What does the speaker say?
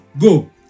Go